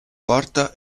porta